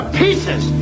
pieces